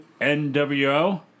NWO